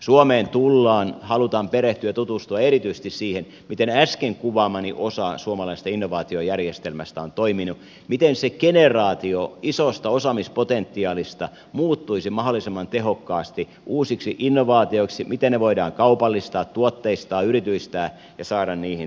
suomeen tullaan ja halutaan perehtyä ja tutustua erityisesti siihen miten äsken kuvaamani osa suomalaisesta innovaatiojärjestelmästä on toiminut miten se generaatio isosta osaamispotentiaalista muuttuisi mahdollisimman tehokkaasti uusiksi innovaatioiksi miten ne voidaan kaupallistaa tuotteistaa yrityistää ja saada niihin työpaikkoja